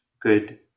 good